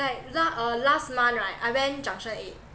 like la~ uh last month right I went junction eight